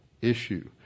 issue